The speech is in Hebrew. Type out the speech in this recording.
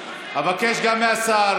אבקש גם מהשר